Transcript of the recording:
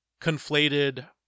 conflated